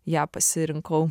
ją pasirinkau